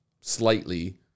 slightly